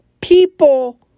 people